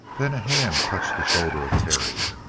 then a hand touched the shoulder of terry.